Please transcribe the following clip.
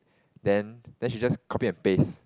then then she just copy and paste